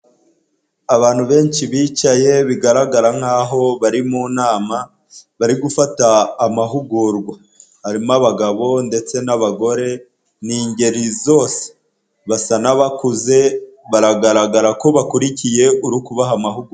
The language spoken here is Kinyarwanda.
Abantu benshi bicaye bigaragara nkaho bari mu nama bari gufata amahugurwa, harimo abagabo ndetse n'abagore ni ingeri zose basa nk'abakuze, biragaragara ko bakurikiye uri kubaha amahugurwa.